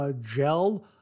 gel